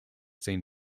seen